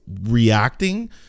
reacting